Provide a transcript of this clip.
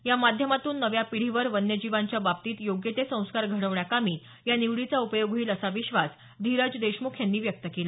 या माध्यमातून नव्या पिढीवर वन्यजीवांच्या बाबतीत योग्य ते संस्कार घडवण्याकामी या निवडीचा उपयोग होईल असा विश्वास धिरज देशमुख यांनी व्यक्त केला